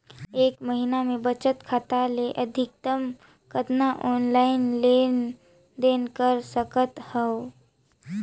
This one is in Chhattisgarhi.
एक महीना मे बचत खाता ले अधिकतम कतना ऑनलाइन लेन देन कर सकत हव?